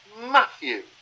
Matthew